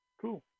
Cool